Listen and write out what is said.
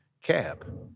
cab